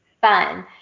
fun